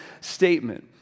statement